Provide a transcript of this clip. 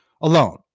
Alone